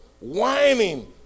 whining